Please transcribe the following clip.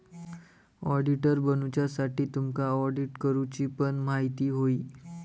auditor बनुच्यासाठी तुमका audit करूची पण म्हायती होई